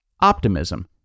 optimism